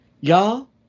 Y'all